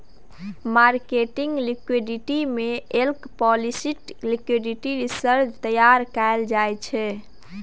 marketing liquidity में explicit liquidity reserve तैयार कएल जाइ छै